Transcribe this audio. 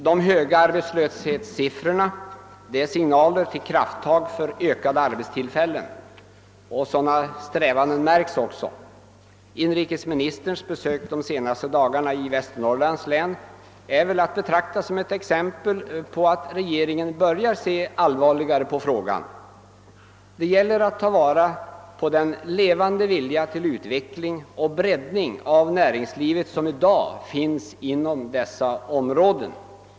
De höga arbetslöshetssiffrorna är signaler till krafttag för ökade arbetstillfällen. Sådana strävanden märks också. Inrikesministerns besök de senaste dagarna i Västernorrlands län är väl ett exempel på att regeringen börjar se allvarligare på frågan. Det gäller att ta vara på den levande vilja till utveckling och breddning av näringslivet som i dag finns inom dessa områden.